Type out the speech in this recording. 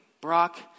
Brock